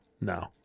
No